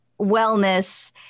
wellness